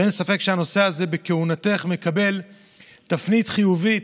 ואין ספק שהנושא הזה בכהונתך מקבל תפנית חיובית.